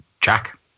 Jack